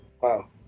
wow